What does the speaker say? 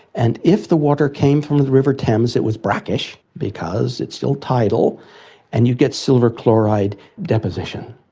and if the water came from the river thames it was brackish because it's still tidal and you get silver chloride deposition.